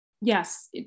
Yes